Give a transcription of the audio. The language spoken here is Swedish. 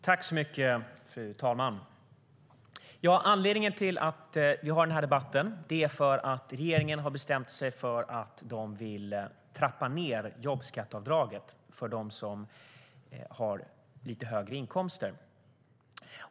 Fru talman! Anledningen till att vi har den här debatten är att regeringen har bestämt sig för att man vill trappa ned jobbskatteavdraget för dem som har lite högre inkomster.